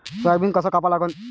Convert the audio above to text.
Soybean कस कापा लागन?